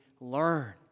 learn